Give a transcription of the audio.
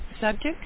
Subject